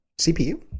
CPU